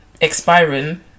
expiring